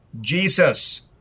Jesus